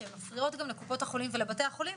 שמפריעות גם לקופות החולים ולבתי החולים,